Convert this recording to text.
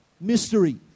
mystery